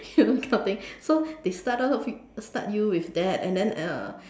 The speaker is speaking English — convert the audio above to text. ya those kind of thing so they start off start you with that and then uh